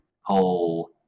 whole